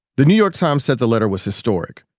the new york times said the letter was historic.